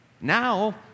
Now